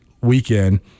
weekend